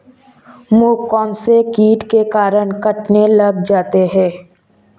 मूंग कौनसे कीट के कारण कटने लग जाते हैं?